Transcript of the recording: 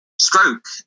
stroke